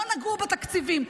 לא נגעו בתקציבים.